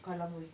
kallang way